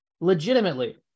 legitimately